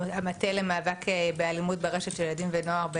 המטה למאבק באלימות ברשת של ילדים ונוער,